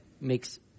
makes